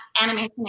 Animation